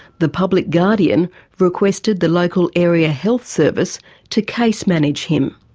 the public guardian requested the local area health service to case manage him.